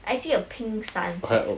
I see a pink sunset